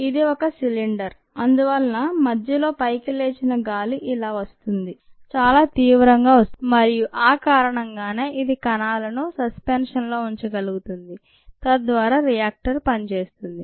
ఇది బయటివైపు సిలిండర్ అందువలన మధ్యలో పైకి లేచిన గాలి ఇలా వస్తుంది చాలా తీవ్రంగా వస్తుంది మరియు ఆ కారణంగానే ఇది కణాలను సస్పెన్షన్ లో ఉంచగలుగుతుంది తద్వారా రియాక్టర్ పనిచేస్తుంది